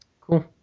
Cool